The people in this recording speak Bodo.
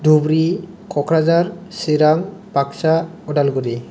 दुब्रि क'क्राझार सिरां बाकसा उदालगुरि